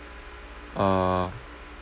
uh